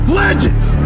legends